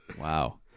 Wow